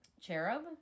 Cherub